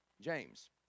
James